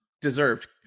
deserved